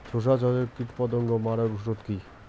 শসা চাষে কীটপতঙ্গ মারার ওষুধ কি?